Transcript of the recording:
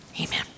Amen